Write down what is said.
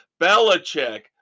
Belichick